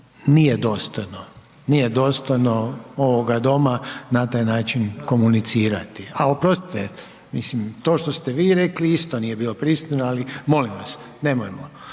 nije dostojno ovoga doma na taj način komunicirati. A oprostite, mislim, to što ste vi rekli, isto nije bilo pristojno ali molim vas, nemojmo